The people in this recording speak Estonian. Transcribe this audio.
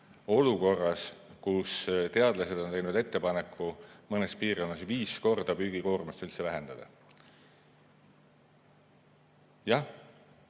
olukorras, kus teadlased on teinud ettepaneku mõnes piirkonnas viis korda püügikoormust üldse vähendada. Jah,